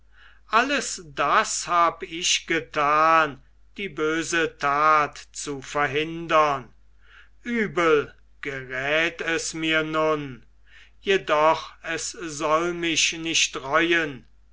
alles das hab ich getan die böse tat zu verhindern übel gerät es mir nun jedoch es soll mich nicht reuen